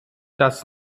dass